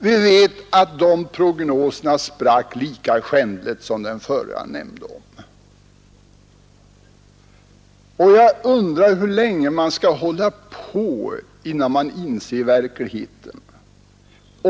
Vi vet att de prognoserna sprack lika skändligt som den förra jag nämnde, och jag undrar hur länge man skall hålla på innan man inser hurudan verkligheten är.